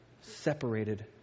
separated